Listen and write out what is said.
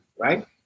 right